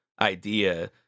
idea